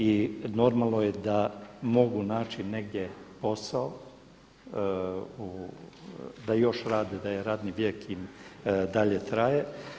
I normalno je da mogu naći negdje posao da još rade, da je radni vijek im dalje traje.